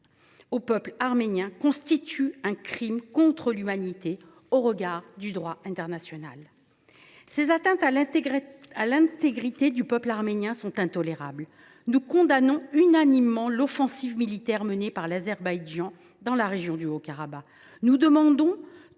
au peuple arménien constituent un crime contre l’humanité au regard du droit international. Ces atteintes à l’intégrité du peuple arménien sont intolérables. Nous condamnons unanimement l’offensive militaire menée par l’Azerbaïdjan dans la région du Haut Karabagh. Nous demandons